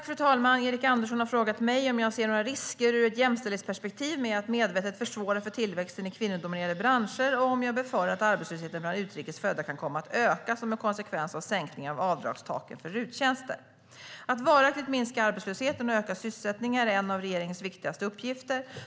Fru talman! Erik Andersson har frågat mig om jag ser några risker ur ett jämställdhetsperspektiv med att medvetet försvåra för tillväxten i kvinnodominerade branscher och om jag befarar att arbetslösheten bland utrikes födda kan komma att öka som en konsekvens av sänkningen av avdragstaket för RUT-tjänster. Att varaktigt minska arbetslösheten och öka sysselsättningen är en av regeringens viktigaste uppgifter.